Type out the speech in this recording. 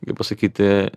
kaip pasakyti